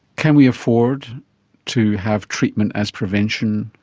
can we afford to have treatment as prevention,